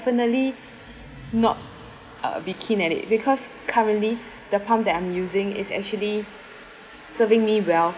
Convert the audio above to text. definitely not uh be keen at it because currently the pump that I'm using is actually serving me well